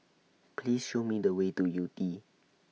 Please Show Me The Way to Yew Tee